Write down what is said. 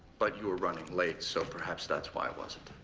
but you are running late, so perhaps that's why it wasn't.